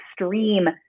extreme